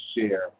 share